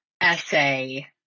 essay